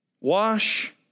Wash